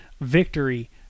victory